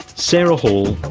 sarah hall,